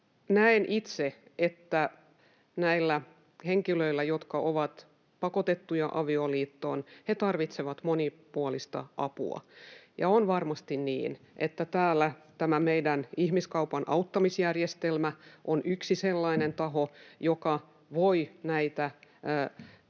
Näen itse, että nämä henkilöt, jotka ovat pakotettuja avioliittoon, tarvitsevat monipuolista apua, ja on varmasti niin, että täällä tämä meidän ihmiskaupan auttamisjärjestelmä on yksi sellainen taho, joka voi näitä